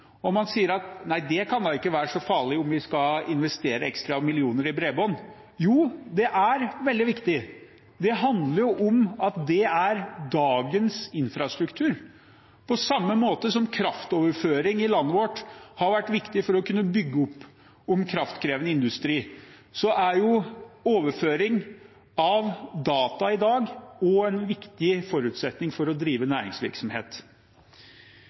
og hvor man sa: Det kan da ikke være så farlig om vi skal investere ekstra millioner i bredbånd? Jo, det er veldig viktig. Det handler om at det er dagens infrastruktur. På samme måte som at kraftoverføring i landet vårt har vært viktig for å kunne støtte opp om kraftkrevende industri, er overføring av data i dag også en viktig forutsetning for å drive næringsvirksomhet.